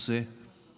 הממשלה